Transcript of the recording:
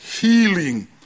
healing